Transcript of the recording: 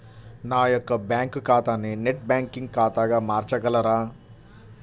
నా యొక్క బ్యాంకు ఖాతాని నెట్ బ్యాంకింగ్ ఖాతాగా మార్చగలరా?